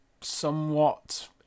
somewhat